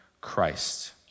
Christ